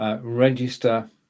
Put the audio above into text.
Register